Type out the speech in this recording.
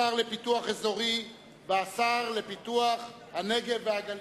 השר לפיתוח אזורי והשר לפיתוח הנגב והגליל.